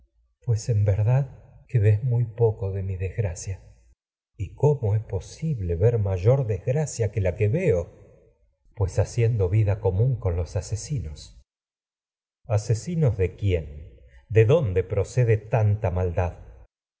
pues en verdad que ves muy poco de mi desgracia orestes y cómo es posible ver mayor desgracia que la que veo tragedias de sofoc lés electra sinos pues haciendo tida común con los ase orestes tanta asesinos de quién de dónde procede maldad